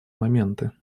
моменты